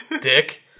dick